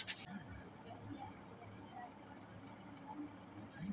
हम अपना नाम पर लोन उठा के दूसरा लोग के दा सके है ने